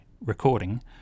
recording